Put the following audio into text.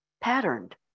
patterned